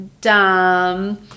Dumb